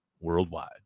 worldwide